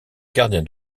gardien